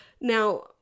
Now